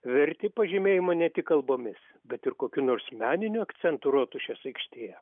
verti pažymėjimo ne tik kalbomis bet ir kokiu nors meniniu akcentu rotušės aikštėje